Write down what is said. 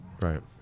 Right